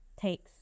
Takes